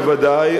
בוודאי,